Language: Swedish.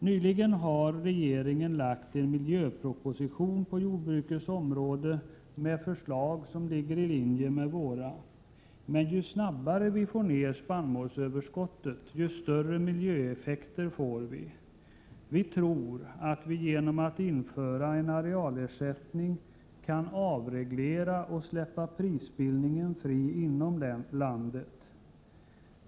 Nyligen har regeringen lagt fram en miljöproposition på jordbrukets område med förslag som ligger i linje med våra. Men ju snabbare vi får ned spannmålsöverskottet, desto större miljöeffekter får vi. Vi tror att vi genom att införa en arealersättning kan avreglera och släppa prisbildningen fri inom landet.